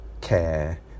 care